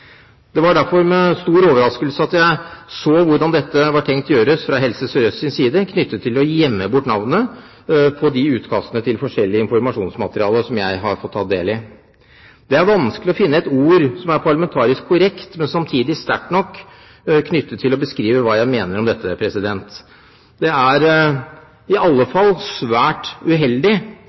Det var derfor med stor overraskelse jeg så hvordan dette var tenkt gjort fra Helse Sør-Østs side, ved å «gjemme bort» navnet på utkastene til forskjellig informasjonsmateriell som jeg har fått ta del i. Det er vanskelig å finne et ord som er parlamentarisk korrekt, men samtidig sterkt nok for å beskrive hva jeg mener om dette. Det er i alle fall svært uheldig